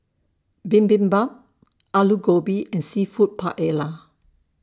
Bibimbap Alu Gobi and Seafood Paella